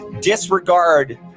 disregard